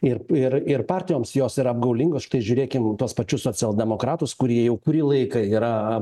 ir ir ir partijoms jos yra apgaulingos štai žiūrėkim tuos pačius socialdemokratus kurie jau kurį laiką yra